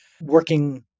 working